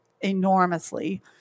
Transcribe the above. enormously